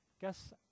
guess